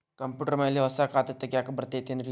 Computer ಮ್ಯಾಲೆ ಹೊಸಾ ಖಾತೆ ತಗ್ಯಾಕ್ ಬರತೈತಿ ಏನ್ರಿ?